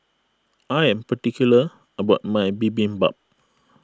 I am particular about my Bibimbap